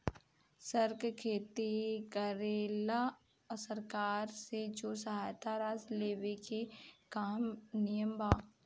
सर के खेती करेला सरकार से जो सहायता राशि लेवे के का नियम बा?